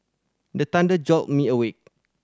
the thunder jolt me awake